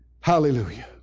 Hallelujah